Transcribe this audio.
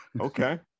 Okay